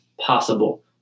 possible